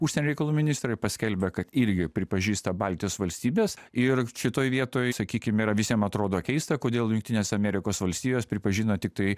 užsienio reikalų ministrai paskelbia kad irgi pripažįsta baltijos valstybes ir šitoj vietoj sakykim yra visiems atrodo keista kodėl jungtinės amerikos valstijos pripažino tiktai